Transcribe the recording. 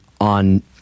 on